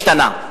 השתנה,